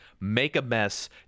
make-a-mess